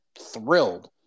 thrilled